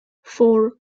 four